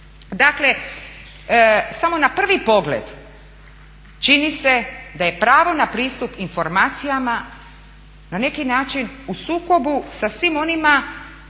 Dakle, samo na prvi pogled čini se da je pravo na pristup informacijama na neki način u sukobu sa svim onima